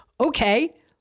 okay